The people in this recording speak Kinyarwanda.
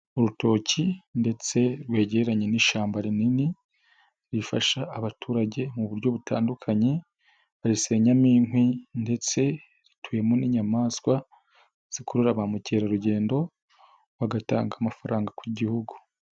Urutoki ndetse rwegeranye n'ishyamba rinini, rifasha abaturage mu buryo butandukanye, barisenyamo inkwi ndetse rituwemo n'inyamaswa, zikurura ba mukerarugendo bagatanga amafaranga ku gihugu.